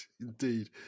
Indeed